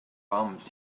bummed